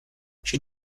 she